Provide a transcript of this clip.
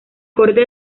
cortes